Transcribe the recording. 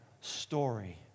story